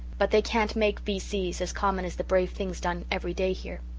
but they can't make v c s as common as the brave things done every day here.